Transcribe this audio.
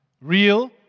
real